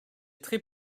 très